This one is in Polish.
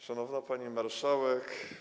Szanowna Pani Marszałek!